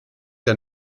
der